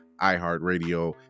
iHeartRadio